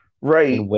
right